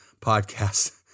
podcast